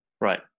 Right